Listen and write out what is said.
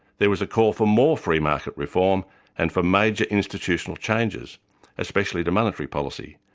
there was a call for more free market reform and for major institutional changes especially to monetary policy.